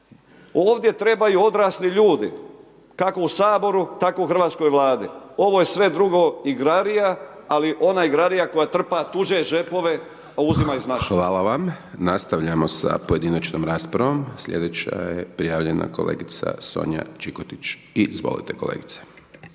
ovdje trebaju odrasli ljudi kako u Saboru, tako u hrvatskoj Vladi, ovo je sve drugo igrarija ali ona igrarija koja trpa tuđe džepove i uzima iz naših. **Hajdaš Dončić, Siniša (SDP)** Hvala vam. Nastavljamo sa pojedinačnom raspravom. Slijedeća je prijavljena kolegica Sonja Čikotić, izvolite kolegice.